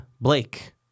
Blake